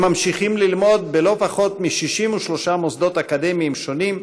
הם ממשיכים ללמוד בלא פחות מ-63 מוסדות אקדמיים שונים,